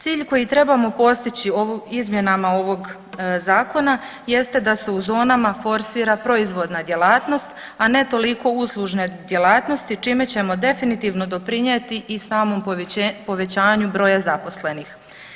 Cilj koji trebamo postići ovo, izmjenama ovog Zakona jeste da se u zonama forsira proizvodna djelatnost, a ne toliko uslužne djelatnosti čime ćemo definitivno doprinijeti i samom povećaju broja zaposlenih.